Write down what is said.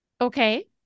Okay